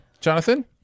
Jonathan